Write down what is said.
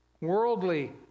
worldly